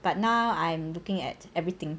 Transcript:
but now I'm looking at everything